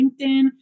LinkedIn